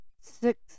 six